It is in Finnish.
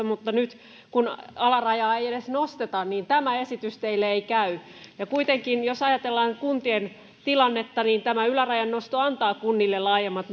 mutta nyt kun alarajaa ei edes nosteta tämä esitys teille ei käy ja kuitenkin jos ajatellaan kuntien tilannetta niin tämä ylärajan nosto antaa kunnille laajemmat